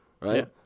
right